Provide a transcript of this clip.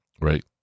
right